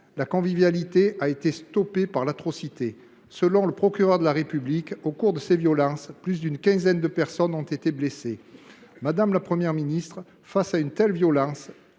la convivialité a été stoppée par l’atrocité. Selon le procureur de la République, au cours de ces événements, plus d’une quinzaine de personnes ont été blessées. Madame la Première ministre, face à une telle violence